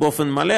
באופן מלא,